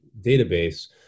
database